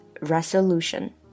resolution